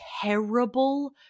terrible